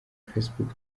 facebook